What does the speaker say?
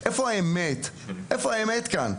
איפה האמת כאן?